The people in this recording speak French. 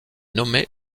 nommée